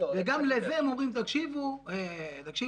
וגם לזה הם אומרים: תקשיבו חברים,